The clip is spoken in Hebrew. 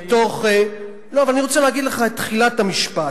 לא, אבל אני רוצה להגיד לך את תחילת המשפט,